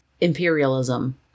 imperialism